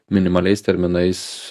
minimaliais terminais